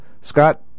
Scott